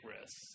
risks